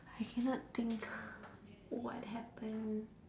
I cannot think what happen